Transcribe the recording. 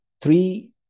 three